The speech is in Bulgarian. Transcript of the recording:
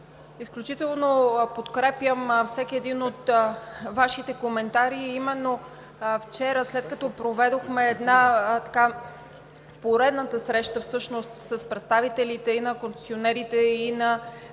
Изключително подкрепям всеки един от Вашите коментари. Именно вчера, след като всъщност проведохме поредната среща с представителите и на концесионерите, и на